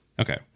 Okay